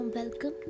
Welcome